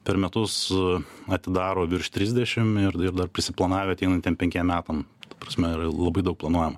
per metus atidaro virš trisdešim ir ir dar prisiplanavę ateinantiem penkiem metam ta prasme yra labai daug planuojama